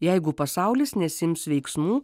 jeigu pasaulis nesiims veiksmų